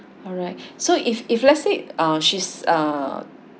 alright so if if let's say uh she's uh